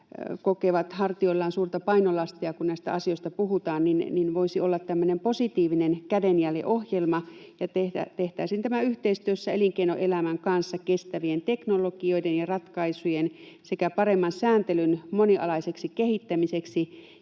kokevat hartioillaan suurta painolastia, kun näistä asioista puhutaan, joten voisi olla tämmöinen positiivisen kädenjäljen ohjelma, ja tehtäisiin tämä yhteistyössä elinkeinoelämän kanssa kestävien teknologioiden ja ratkaisujen sekä paremman sääntelyn monialaiseksi kehittämiseksi